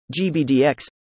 GBDX